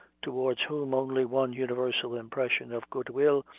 towards whom only one universal impression of good-will,